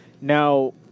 now